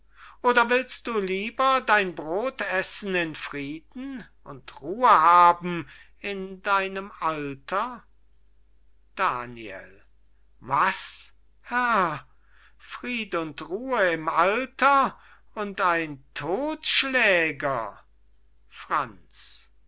oder willst du lieber dein brod essen im frieden und ruhe haben in deinem alter daniel was herr fried und ruhe im alter und ein todtschläger franz